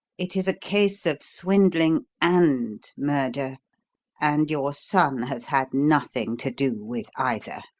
it is a case of swindling and murder and your son has had nothing to do with either!